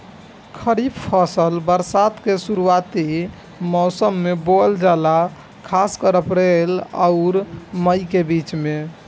खरीफ फसल बरसात के शुरूआती मौसम में बोवल जाला खासकर अप्रैल आउर मई के बीच में